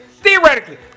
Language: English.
Theoretically